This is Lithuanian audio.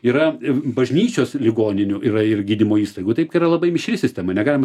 yra bažnyčios ligoninių yra ir gydymo įstaigų yra labai mišri sistema negalima